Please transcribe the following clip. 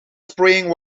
spraying